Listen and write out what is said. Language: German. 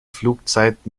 flugzeit